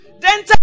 Dental